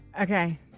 Okay